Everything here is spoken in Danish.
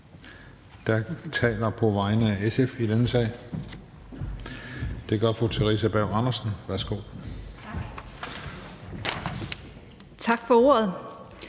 der taler på vegne af SF i denne sag. Det gør fru Theresa Berg Andersen. Værsgo. Kl. 18:39 (Ordfører)